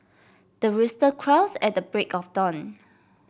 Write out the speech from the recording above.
the rooster crows at the break of dawn